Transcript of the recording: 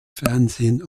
fernsehen